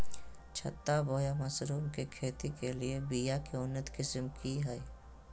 छत्ता बोया मशरूम के खेती के लिए बिया के उन्नत किस्म की हैं?